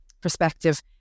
perspective